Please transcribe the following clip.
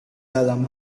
dalam